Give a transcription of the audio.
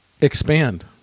Expand